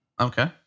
Okay